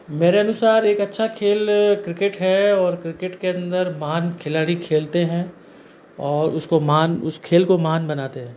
मेरे अनुसार एक अच्छा खेल क्रिकेट है और क्रिकेट के अंदर महान खिलाड़ी खेलते हैं और उस को महान उस खेल को महान बनाते हैं